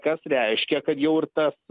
kas reiškia kad jau ir tas